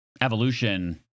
evolution